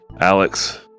Alex